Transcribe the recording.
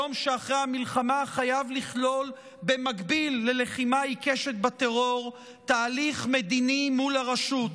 היום שאחרי המלחמה חייב לכלול תהליך מדיני מול הרשות,